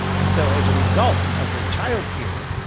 and so as a result of the child care,